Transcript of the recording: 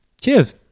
cheers